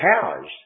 powers